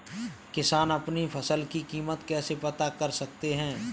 किसान अपनी फसल की कीमत कैसे पता कर सकते हैं?